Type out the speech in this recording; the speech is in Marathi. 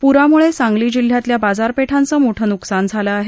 पुरामुळे सांगली जिल्ह्यातल्या बाजारपेठांचं मोठं नुकसान झालं आहे